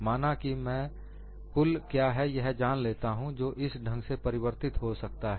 माना कि मैं कुल क्या है यह जान लेता हूं जो इस ढंग से परिवर्तित हो सकता है